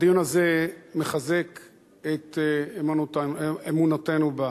הדיון הזה מחזק את אמונתנו בה.